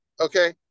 Okay